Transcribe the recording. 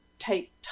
take